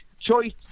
choice